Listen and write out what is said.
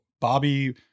Bobby